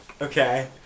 okay